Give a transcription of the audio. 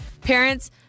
parents